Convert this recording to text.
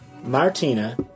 Martina